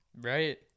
Right